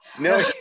No